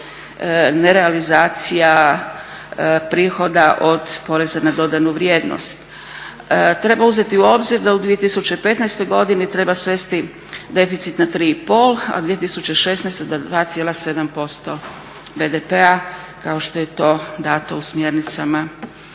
ne realizacija prihoda od poreza na dodanu vrijednost. Treba uzeti u obzir da u 2015.godini treba svesti deficit na 3,5, a 2016. 2,7% BDP-a kao što je to dano u smjernicama kada